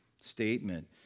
statement